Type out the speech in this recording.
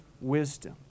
wisdom